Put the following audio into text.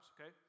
okay